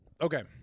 Okay